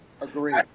Agreed